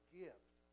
gift